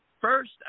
First